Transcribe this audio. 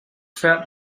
fährt